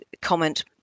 comment